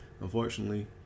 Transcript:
unfortunately